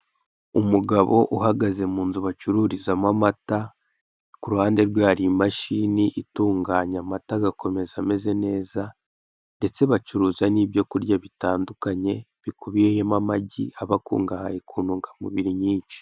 Umugabo uhagaze mu nzu bacururizamo amata, ku ruhande rwe hari imashini itunganya amata agakomeza ameze neza ndetse bacuruza n'ibyorya bitandukanye, bikubiyemo amagi aba akungahaye ku ntungamubiri nyinshi.